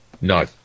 No